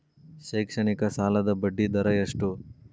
ಶೈಕ್ಷಣಿಕ ಸಾಲದ ಬಡ್ಡಿ ದರ ಎಷ್ಟು?